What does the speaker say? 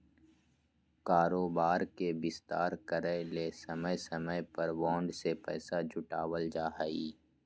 कारोबार के विस्तार करय ले समय समय पर बॉन्ड से पैसा जुटावल जा हइ